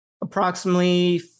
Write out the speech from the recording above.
approximately